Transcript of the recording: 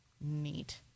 Neat